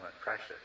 precious